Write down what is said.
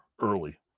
early